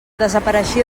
desapareixia